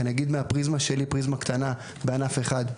אני אגיד מהפריזמה שלי, פריזמה קטנה בענף אחד,